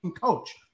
coach